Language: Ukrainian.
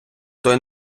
той